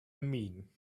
mean